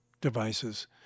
devices